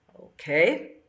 Okay